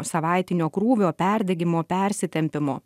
savaitinio krūvio perdegimo persitempimo